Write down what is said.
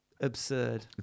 absurd